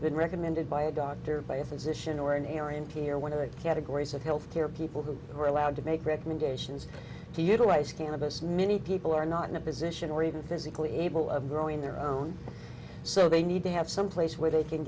than recommended by a doctor or by a physician or an error in peer one of the categories of health care people who are allowed to make recommendations to utilize cannabis many people are not in a position or even physically able of growing their own so they need to have someplace where they can